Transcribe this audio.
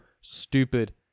stupid